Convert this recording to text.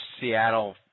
Seattle